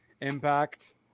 impact